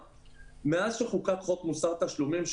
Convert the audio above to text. מאז שנחקק חוק מוסר תשלומים,